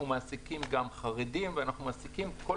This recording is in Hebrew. אנחנו מעסיקים גם חרדים ומעסיקים מכל